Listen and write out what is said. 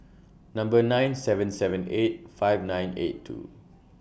Number nine seven seven eight five nine eight two